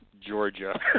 Georgia